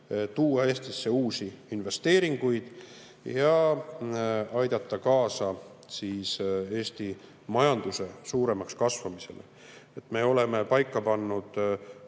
tuua Eestisse uusi investeeringuid ja aidata kaasa Eesti majanduse suuremaks kasvamisele. Me oleme paika pannud